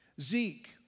Zeke